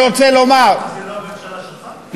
וזאת על מנת לקצר למינימום את הפגיעה ביציבות המוסדית.